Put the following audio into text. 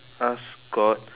ask god